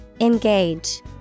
Engage